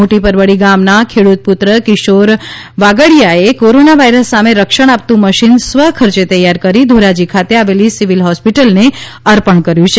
મોટી પરબડી ગામ ના ખેડૂતપુત્ર કિશોર વાગડીયાએ કોરોના વાયરસ સામે રક્ષણ આપતું મશીન સ્વખર્ચે તૈયાર કરી ધોરાજી ખાતે આવેલી સિવિલ હોસ્પિટલ ને અર્પણ કર્યું છે